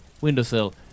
windowsill